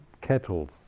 kettles